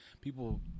people